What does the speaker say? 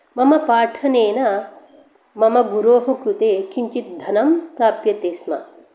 मम पाठनेन मम गुरो कृते किञ्चित धनं प्राप्यते स्म